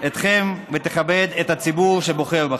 אתכם ותכבד את הציבור שבוחר בכם.